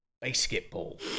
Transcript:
Basketball